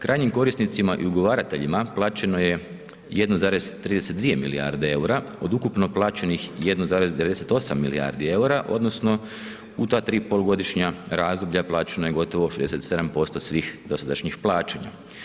Krajnjim korisnicima i ugovarateljima plaćeno je 1,32 milijarde EUR-a od ukupno plaćenih 1,98 milijardi eura, odnosno u ta tri polugodišnja razdoblja, plaćeno je gotovo 67% svih dosadašnjih plaća.